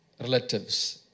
relatives